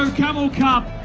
and camel cup!